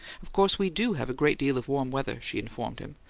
of course we do have a great deal of warm weather, she informed him.